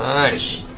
nice.